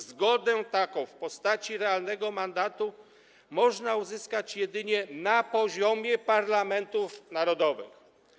Zgodę taką w postaci realnego mandatu można uzyskać jedynie na poziomie parlamentów narodowych.